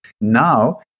Now